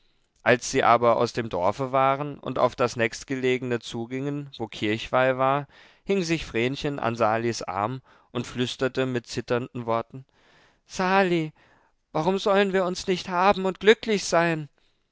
als sie aber aus dem dorfe waren und auf das nächstgelegene zugingen wo kirchweih war hing sich vrenchen an salis arm und flüsterte mit zitternden worten sali warum sollen wir uns nicht haben und glücklich sein